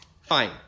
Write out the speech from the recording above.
Fine